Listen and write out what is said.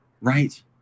Right